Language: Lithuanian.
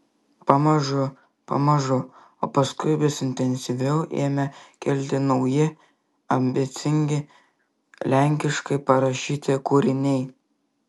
pamažu pamažu o paskui vis intensyviau ėmė kilti nauji ambicingi lenkiškai parašyti kūriniai